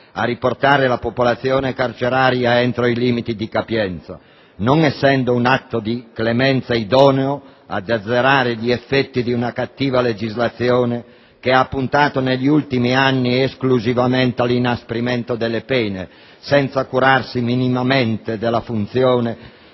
a riportare la popolazione carceraria entro i limiti di capienza, non essendo un atto di clemenza idoneo ad azzerare gli effetti di una cattiva legislazione che ha puntato, negli ultimi anni, esclusivamente all'inasprimento delle pene, senza curarsi minimamente della funzione